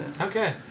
Okay